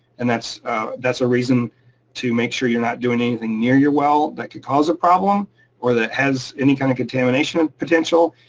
and that's that's a reason to make sure you're not doing anything near your well that could cause a problem or that has any kind of contamination and potential,